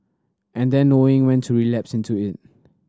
and then knowing when to relapse into it